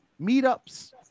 meetups